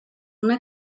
una